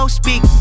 speak